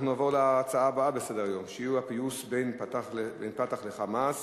נעבור להצעות לסדר-היום בנושא "הפיוס בין 'פתח' ל'חמאס'",